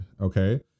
okay